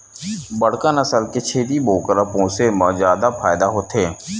बड़का नसल के छेरी बोकरा पोसे म जादा फायदा होथे